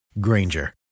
Granger